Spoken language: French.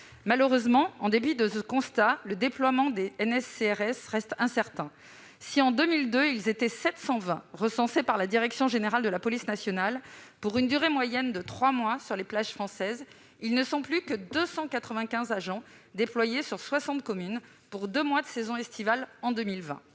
Malheureusement, en dépit de ce constat, le déploiement des MNS-CRS reste incertain. Si, en 2002, ils étaient 720 à être recensés par la direction générale de la police nationale, pour une présence moyenne de trois mois sur les plages françaises, ils ne sont plus en 2020 que 295 déployés dans soixante communes, pour deux mois de saison estivale.